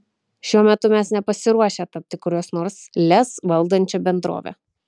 šiuo metu mes nepasiruošę tapti kurios nors lez valdančia bendrove